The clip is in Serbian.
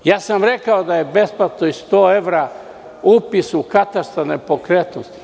Rekao sam da je besplatno i 100 evra, upis u katastar nepokretnosti.